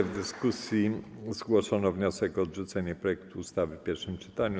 W dyskusji zgłoszono wniosek o odrzucenie projektu ustawy w pierwszym czytaniu.